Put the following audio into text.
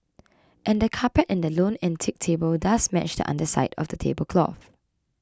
and the carpet and the lone antique table does match the underside of the tablecloth